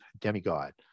demigod